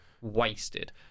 Wasted